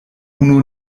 unu